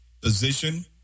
position